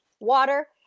Water